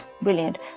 Brilliant